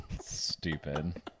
Stupid